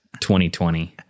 2020